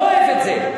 לא אוהב את זה.